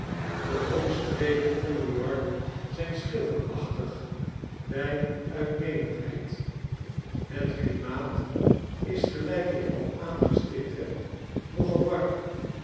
de omstreken van new-york zijn schilderachtig bij uitnemendheid het klimaat is gelijk ik al aangestipt heb nogal warm